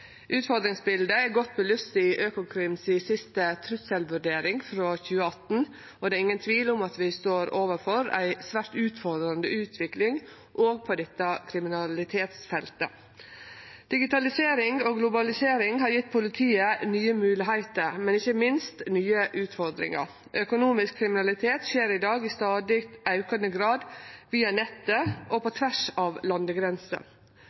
Utfordringsbiletet er godt belyst i den siste trugselvurderinga til Økokrim frå 2018. Det er ingen tvil om at vi står overfor ei svært utfordrande utvikling òg på dette kriminalitetsfeltet. Digitalisering og globalisering har gjeve politiet nye moglegheiter, men ikkje minst nye utfordringar. Økonomisk kriminalitet skjer i dag i stadig aukande grad via nettet og